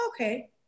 okay